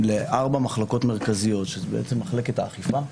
ל-4 מחלקות מרכזיות: מחלקת האכיפה,